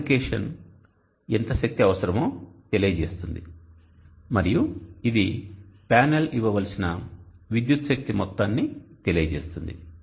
application ఎంత load శక్తి అవసరమో తెలియజేస్తుంది మరియు ఇది ప్యానెల్ ఇవ్వవలసిన విద్యుత్ శక్తి మొత్తాన్ని తెలియజేస్తుంది